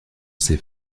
s’est